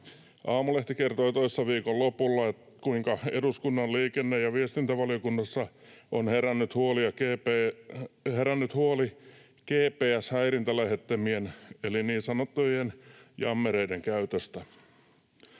Aamulehti kertoi toissa viikon lopulla, kuinka eduskunnan liikenne- ja viestintävaliokunnassa on herännyt huoli GPS-häirintälähettimien eli niin sanottujen jammereiden käytöstä.